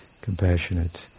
compassionate